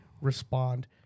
respond